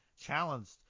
challenged